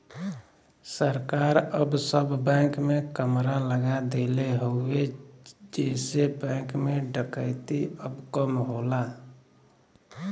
सरकार अब सब बैंक में कैमरा लगा देले हउवे जेसे बैंक में डकैती अब कम होला